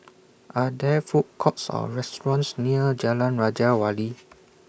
Are There Food Courts Or restaurants near Jalan Raja Wali